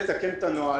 אני מתקשה להבטיח פתרון,